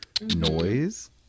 noise